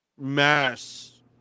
mass